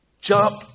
jump